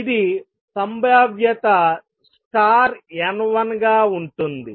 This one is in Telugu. ఇది సంభావ్యత N1 గా ఉంటుంది